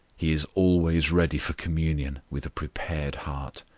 he is always ready for communion with a prepared heart,